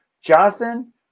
Jonathan